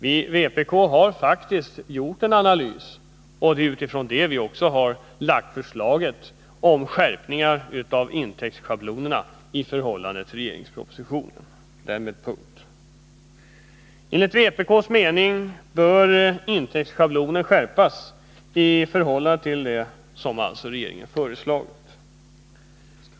Vpk har faktiskt gjort en analys, och det är utifrån den som vi har lagt fram förslaget om skärpningar av reglerna för intäktsschabloner jämfört med regeringens förslag. Enligt vpk:s mening bör reglerna för intäktsschablonen skärpas i förhållande till vad regeringen föreslagit.